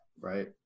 right